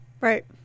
Right